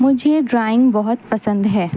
مجھے ڈرائنگ بہت پسند ہے